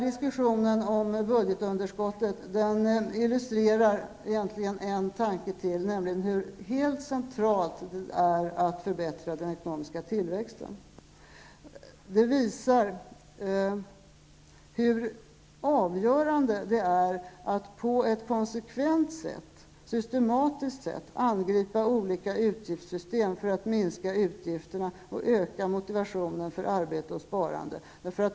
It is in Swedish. Diskussionen om budgetunderskottet illustrerar egentligen ännu en tanke, nämligen hur centralt det är att förbättra den ekonomiska tillväxten. Den visar hur avgörande det är att på ett konsekvent sätt, systematiskt, angripa olika utgiftssystem för att minska utgifterna och öka motivationen för arbete och sparande.